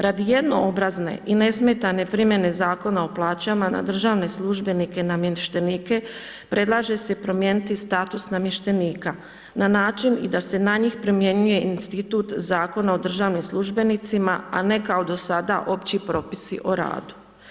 Radi jednoobrazne i nesmetane primjene zakona o plaćama na državne službenike, namještenike, predlaže se promijeniti status namještenika na način, da se na njih primjenjuje institut Zakona o državnim službenicima, a ne kao do sada opći propisi o radu.